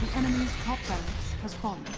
enemies top ten as well on